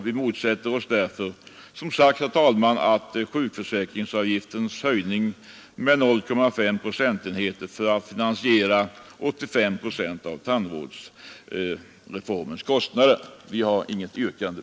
Vi motsätter oss därför, herr talman, att sjukförsäkringsavgiften höjs med 0,5 procentenheter för att man därigenom skall finansiera 85 procent av kostnaderna för tandvårdsreformen.